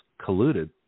colluded